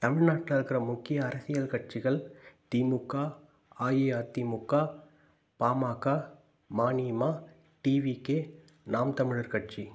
தமிழ்நாட்டில் இருக்கிற முக்கிய அரசியல் கட்சிகள் திமுக அஇஅதிமுக பாமக மாநிமா டிவிகே நாம் தமிழர் கட்சி